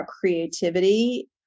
creativity